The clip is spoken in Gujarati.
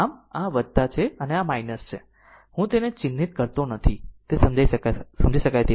આમ આ છે આ છે હું તેને ચિહ્નિત કરતો નથી તે સમજી શકાય તેવું છે